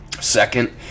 second